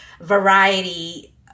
variety